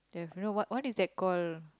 ya you know what what is that called